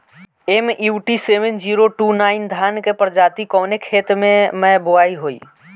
MUT seven zero two nine धान के प्रजाति कवने खेत मै बोआई होई?